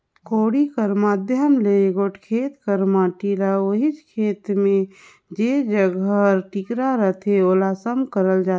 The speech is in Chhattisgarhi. कोड़ी कर माध्यम ले एगोट खेत कर माटी ल ओहिच खेत मे जेजग हर टिकरा रहथे ओला सम करल जाथे